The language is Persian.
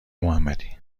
محمدی